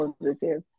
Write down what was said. positive